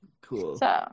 cool